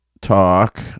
talk